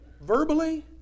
verbally